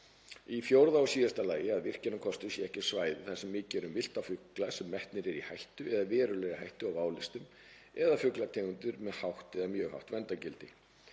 Í fjórða og síðasta lagi að virkjunarkostur sé ekki á svæði þar sem mikið er um villta fugla sem metnir eru í hættu eða verulegri hættu á válistum eða fuglategundir með hátt eða mjög hátt verndargildi.